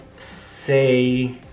say